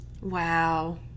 Wow